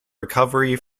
recovery